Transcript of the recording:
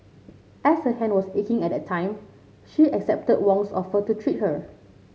as her hand was aching at that time she accepted Wong's offer to treat her